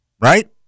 Right